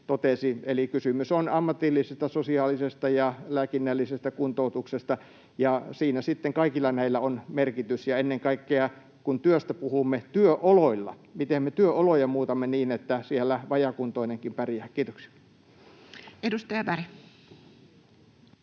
kysymys on ammatillisesta, sosiaalisesta ja lääkinnällisestä kuntoutuksesta. Siinä sitten on merkitys kaikilla näillä ja ennen kaikkea, kun työstä puhumme, työoloilla ja sillä, miten me muutamme työoloja niin, että siellä vajaakuntoinenkin pärjää. — Kiitoksia. [Speech 84]